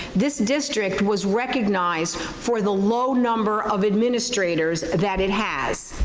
this district was recognized for the low number of administrators that it has.